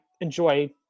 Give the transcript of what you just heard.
enjoy